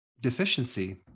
deficiency